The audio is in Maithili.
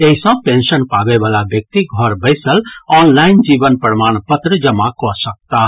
एहि सॅ पेंशन पाबय वला व्यक्ति घर बैसल ऑनलाइन जीवन प्रमाण पत्र जमा कऽ सकताह